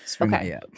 Okay